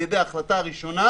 על ידי ההחלטה הראשונה,